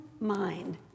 mind